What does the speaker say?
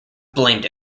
blamed